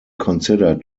considered